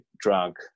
drunk